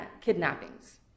Kidnappings